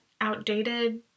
outdated